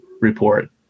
report